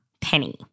Penny